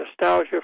nostalgia